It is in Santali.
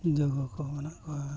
ᱡᱚᱜᱚ ᱠᱚᱦᱚᱸ ᱢᱮᱱᱟᱜ ᱠᱚᱣᱟ